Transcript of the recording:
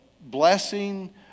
blessing